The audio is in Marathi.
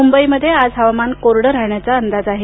मुंबईमध्ये आज हवामान कोरडं राहण्याचा अंदाज आहे